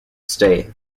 stay